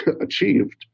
achieved